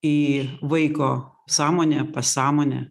į vaiko sąmonę pasąmonę